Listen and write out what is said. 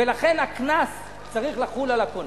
ולכן הקנס צריך לחול על הקונה.